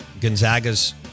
Gonzaga's